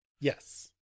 yes